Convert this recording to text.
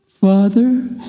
Father